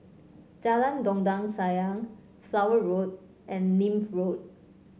Jalan Dondang Sayang Flower Road and Nim Road